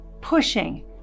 pushing